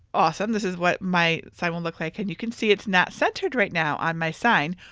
awesome, this is what my sign would look like and you can see it's not centered right now on my sign.